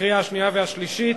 לקריאה שנייה ולקריאה שלישית.